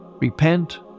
repent